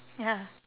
ya